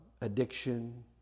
addiction